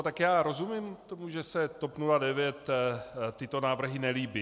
Tak já rozumím tomu, že se TOP 09 tyto návrhy nelíbí.